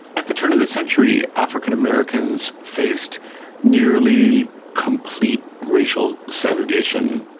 at the turn of the century, african americans faced nearly complete racial segregation,